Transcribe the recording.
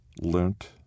learnt